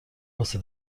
واسه